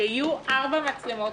שיהיו 4 מצלמות,